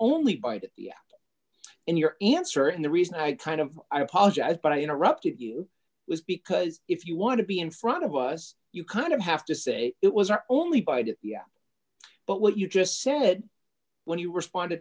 only bite in your answer and the reason i kind of i apologize but i interrupted you was because if you want to be in front of us you kind of have to say it was our only biden but what you just said when he respond